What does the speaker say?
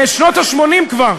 בשנות ה-80 כבר,